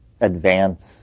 advance